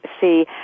See